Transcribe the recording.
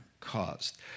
caused